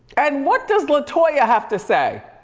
and what does latoya have to say?